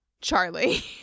Charlie